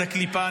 את הקליפה,